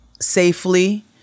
safely